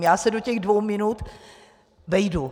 Já se do těch dvou minut vejdu.